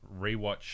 rewatch